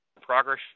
progress